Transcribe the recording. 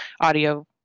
audio